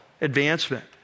advancement